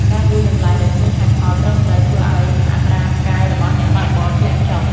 ការវាយតម្លៃដោយគ្មានហេតុផលត្រឹមត្រូវ ធ្វើឱ្យអត្រាផ្កាយរបស់អ្នកបើកបរធ្លាក់ចុះ។